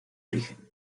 origen